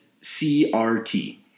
CRT